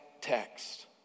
text